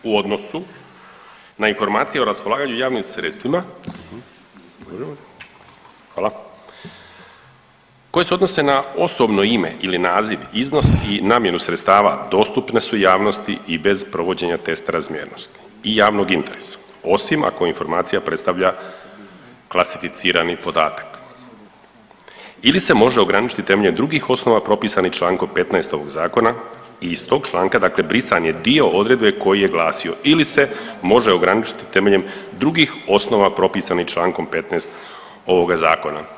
U odnosu na raspolaganje javnim sredstvima koje se odnose na osobno ime ili naziv, iznos i namjenu sredstava dostupne su javnosti i bez provođenja te razmjernosti i javnog interesa osim ako informacija predstavlja klasificirani podatak ili se može ograničiti temeljem drugih osnova propisanih člankom 15. ovog zakona i iz tog članka, dakle brisan je dio odredbe koji je glasio ili se može ograničiti temelje drugih osnova propisanih člankom 15. ovoga zakona.